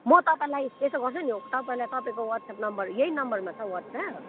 म तपाईँलाई यसो गर्छु नि तपाईँलाई तपाईँको वाट्सएप नम्बर यही नम्बरमा छ वाट्सएप